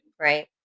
Right